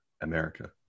America